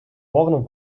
worden